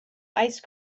ice